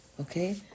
Okay